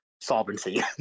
solvency